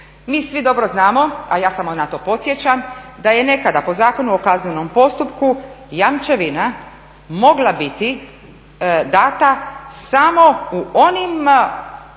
Mi svi dobro znamo a ja samo na to podsjećam, da je nekada po Zakonu o kaznenom postupku jamčevina mogla biti dana samo u onim,